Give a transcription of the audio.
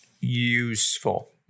useful